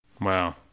Wow